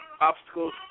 obstacles